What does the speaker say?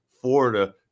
Florida